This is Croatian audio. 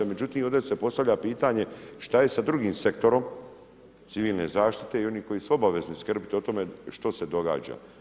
Međutim, ovdje se postavlja pitanje što je sa drugim sektorom civilne zaštite i oni koji su obavezni skrbiti o tome što se događa.